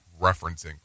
referencing